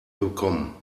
bekommen